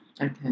Okay